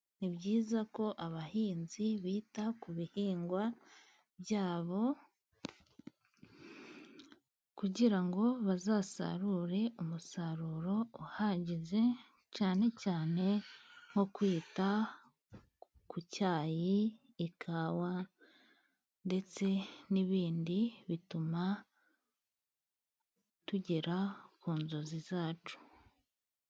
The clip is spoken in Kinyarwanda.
Ni byiza ko abahinzi bita ku bihingwa byabo, kugira ngo bazasarure umusaruro uhagije, cyane cyane nko kwita ku cyayi, ikawa ndetse n'ibindi bituma tugera ku nzozi zacu.